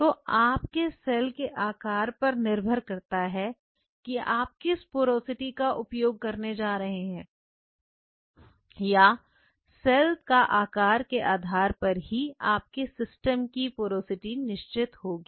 तो आपके सेल के आकार पर निर्भर करता है कि आप किस पोरोसिटी का उपयोग करने जा रहे हैं या सेल का आकार के आधार पर ही आपके सिस्टम की पोरोसिटी निश्चित होगी